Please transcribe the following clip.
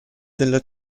della